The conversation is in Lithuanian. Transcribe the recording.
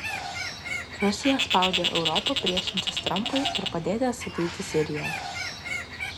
rusija spaudžia europą priešintis trampui ir padėti atstatyti siriją